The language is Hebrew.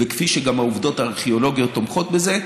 וגם העובדות הארכיאולוגיות תומכות בזה,